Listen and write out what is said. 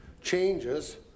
changes